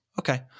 Okay